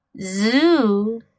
zoo